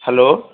hello